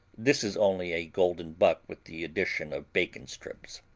this is only a golden buck with the addition of bacon strips.